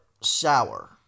sour